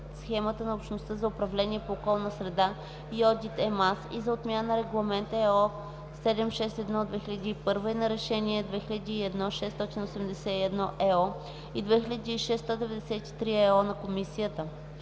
в Схемата на Общността за управление по околна среда и одит (EMAS) и за отмяна на Регламент (ЕО) № 761/2001 и на решения 2001/681/ЕО и 2006/193/ЕО на Комисията